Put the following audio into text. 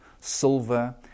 silver